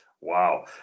wow